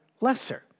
lesser